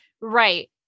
Right